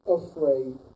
afraid